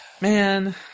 Man